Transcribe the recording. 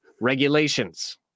regulations